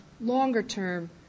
longer-term